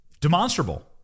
demonstrable